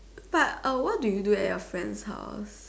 but uh what do you do at your friend's house